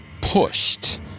pushed